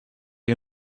you